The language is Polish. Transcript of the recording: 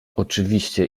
oczywiście